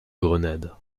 grenade